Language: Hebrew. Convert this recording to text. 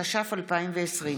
התש"ף 2020,